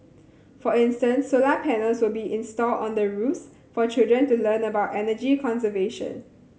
for instance solar panels will be installed on the roofs for children to learn about energy conservation